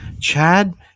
Chad